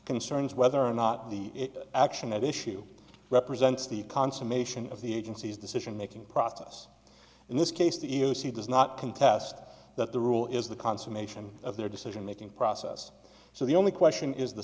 concerns whether or not the action that issue represents the consummation of the agency's decision making process in this case the e e o c does not contest that the rule is the consummation of their decision making process so the only question is the